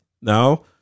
now